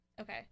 Okay